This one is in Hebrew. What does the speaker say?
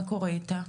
מה קורה איתם?